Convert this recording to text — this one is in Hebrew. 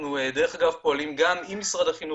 אנחנו פועלים עם משרד החינוך,